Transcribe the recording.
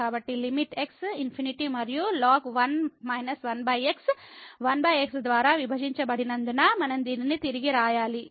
కాబట్టి limit x ∞ మరియు ln 1x ద్వారా విభజించబడినందున మనం దీనిని తిరిగి వ్రాయాలి